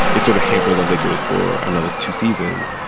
it sort of hamper the lakers for another two seasons.